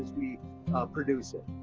we produce it.